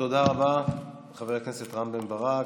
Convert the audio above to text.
תודה רבה לחבר הכנסת רם בן ברק.